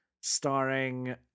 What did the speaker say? starring